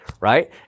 right